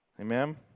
Amen